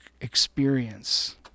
experience